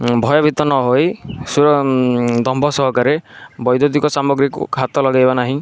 ଭୟଭୀତ ନହୋଇ ସୁର ଦମ୍ଭ ସହକାରେ ବୈଦୁତିକ ସାମଗ୍ରୀକୁ ହାତ ଲଗାଇବା ନାହିଁ